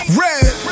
red